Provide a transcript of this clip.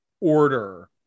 order